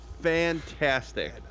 fantastic